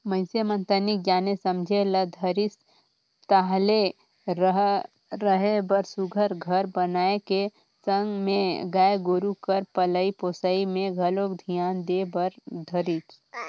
मइनसे मन तनिक जाने समझे ल धरिस ताहले रहें बर सुग्घर घर बनाए के संग में गाय गोरु कर पलई पोसई में घलोक धियान दे बर धरिस